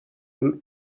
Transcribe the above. him